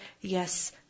yes